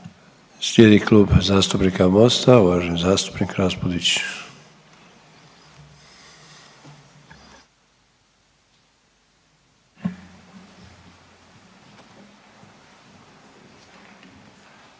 Slijedi Klub zastupnika Mosta. Uvaženi zastupnik Raspudić.